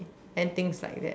and things like that